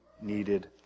needed